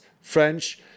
french